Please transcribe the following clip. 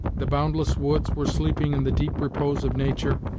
the boundless woods were sleeping in the deep repose of nature,